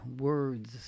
words